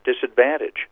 disadvantage